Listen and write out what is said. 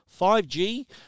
5G